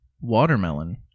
watermelon